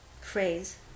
phrase